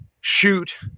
shoot